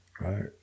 right